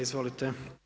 Izvolite.